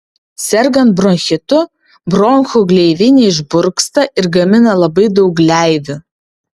sergant bronchitu bronchų gleivinė išburksta ir gamina labai daug gleivių